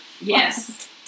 Yes